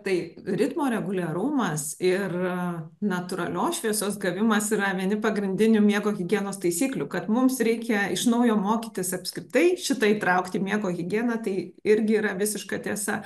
tai ritmo reguliarumas ir natūralios šviesos gavimas yra vieni pagrindinių miego higienos taisyklių kad mums reikia iš naujo mokytis apskritai šitą įtraukt į miego higieną tai irgi yra visiška tiesa